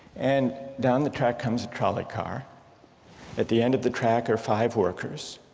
and down the track comes a trolley car at the end of the track are five workers